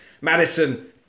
Madison